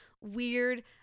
weird